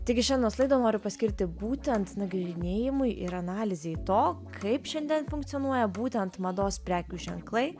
taigi šiandienos laidą noriu paskirti būtent nagrinėjimui ir analizei to kaip šiandien funkcionuoja būtent mados prekių ženklai